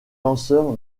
lanceur